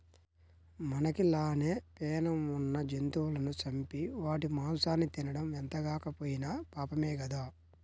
మనకి లానే పేణం ఉన్న జంతువులను చంపి వాటి మాంసాన్ని తినడం ఎంతగాకపోయినా పాపమే గదా